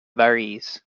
varese